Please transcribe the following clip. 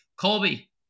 Colby